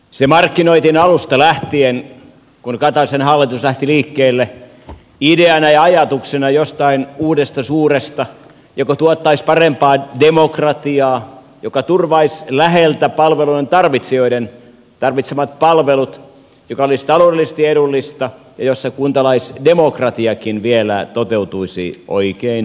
se markkinoitiin alusta lähtien kun kataisen hallitus lähti liikkeelle ideana ja ajatuksena jostain uudesta suuresta joka tuottaisi parempaa demokratiaa joka turvaisi läheltä palvelujen tarvitsijoiden tarvitsemat palvelut joka olisi taloudellisesti edullista ja jossa kuntalaisdemokratiakin vielä toteutuisi oikein hyvin